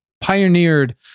pioneered